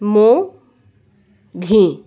মৌ ঘি